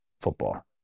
football